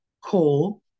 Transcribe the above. coal